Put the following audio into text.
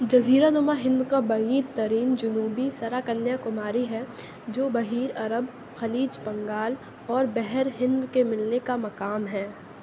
جزیرہ نما ہند کا بعیدترین جنوبی سرا کنیا کماری ہے جو بحیر عرب خلیج بنگال اور بحر ہند کے ملنے کا مقام ہے